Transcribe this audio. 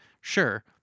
Sure